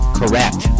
correct